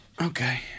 Okay